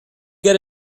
get